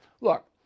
look